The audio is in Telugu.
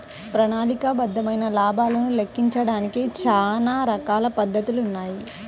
ప్రణాళికాబద్ధమైన లాభాలను లెక్కించడానికి చానా రకాల పద్ధతులున్నాయి